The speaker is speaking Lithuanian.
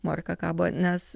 morka kabo nes